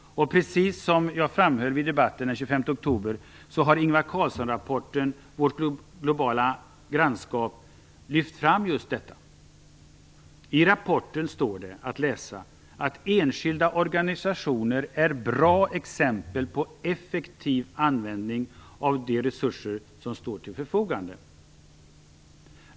Precis som jag framhöll i debatten den 25 oktober har Ingvar Carlssonrapporten Vårt globala grannskap lyft fram just detta. I rapporten står det att läsa att enskilda organisationer är bra exempel på effektiv användning av de resurser som står till förfogande.